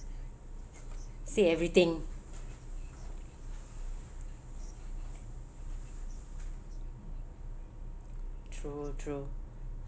say everything true true